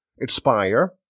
expire